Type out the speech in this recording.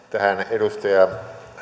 edustaja